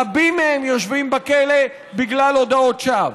רבים מהם יושבים בכלא בגלל הודאות שווא.